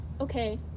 okay